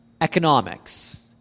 economics